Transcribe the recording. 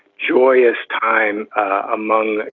joyous time among,